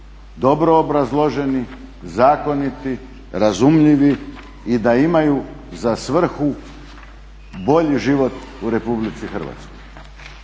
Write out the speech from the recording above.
dobro obrazloženi, zakoniti, razumljivi i da imaju za svrhu bolji život u Republici Hrvatskoj.